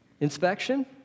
inspection